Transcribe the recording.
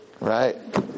right